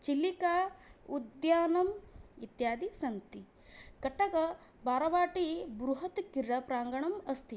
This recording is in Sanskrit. चिल्लिका उद्यानम् इत्यादि सन्ति कटकबारावाटी बारावाटी बृहत् क्रीडाप्राङ्गणम् अस्ति